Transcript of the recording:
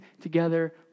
together